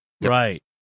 Right